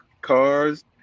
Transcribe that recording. cars